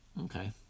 Okay